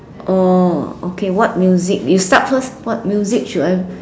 oh okay what music you start first what music should I